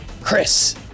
chris